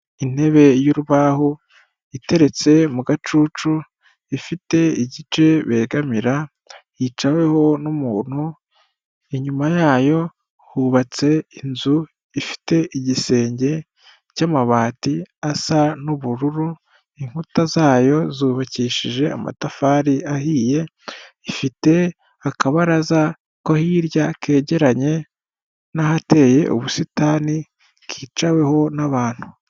Intebe y'urubaho iteretse mu gacucu, ifite igice begamira, yicaweho n'umuntu, inyuma yayo hubatse inzu ifite igisenge cy'amabati asa n'ubururu, inkuta zayo zubakishije amatafari ahiye, ifite akabaraza ko hirya kegeranye n'ahateye ubusitani kicaweho n'abantu.